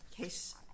Case